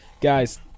guys